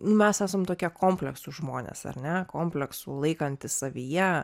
nu mes esam tokie kompleksų žmonės ar net kompleksų laikantys savyje